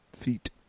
Feet